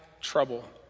trouble